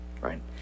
right